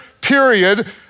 period